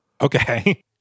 okay